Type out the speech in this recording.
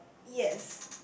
yes